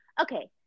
Okay